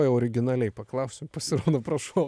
neoriginaliai paklausiau pasirodo prašau